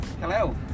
Hello